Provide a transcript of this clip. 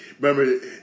Remember